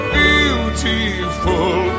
beautiful